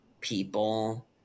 people